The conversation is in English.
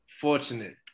Fortunate